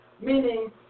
meaning